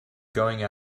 going